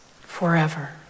forever